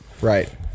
Right